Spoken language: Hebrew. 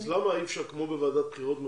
למה אי אפשר כמו בוועדת בחירות מרכזית,